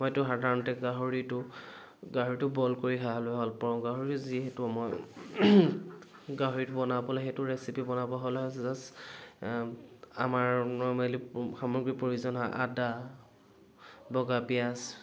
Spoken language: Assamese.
মইতো সাধাৰণতে গাহৰিটো গাহৰিটো বইল কৰি খাবলে ভাল পাওঁ গাহৰিটো যিহেতু মই গাহৰিটো বনাবলে সেইটো ৰেচিপি বনাব হ'লে জাষ্ট আমাৰ নৰ্মেলী সামগ্ৰী প্ৰয়োজন হয় আদা বগা পিঁয়াজ